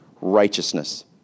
righteousness